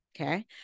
Okay